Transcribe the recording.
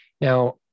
Now